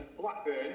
Blackburn